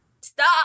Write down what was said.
stop